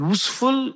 Useful